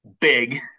big